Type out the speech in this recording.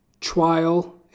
trial